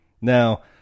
Now